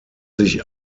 sich